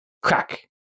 Crack